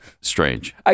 strange